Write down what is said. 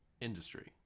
industry